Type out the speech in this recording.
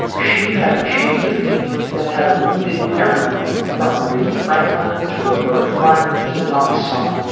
she had achieved a feat that had eluded everyone from aretha franklin to roberta flack to donna summer,